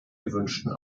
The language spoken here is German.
gewünschten